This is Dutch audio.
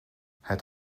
het